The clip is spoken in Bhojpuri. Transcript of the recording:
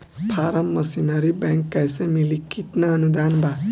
फारम मशीनरी बैक कैसे मिली कितना अनुदान बा?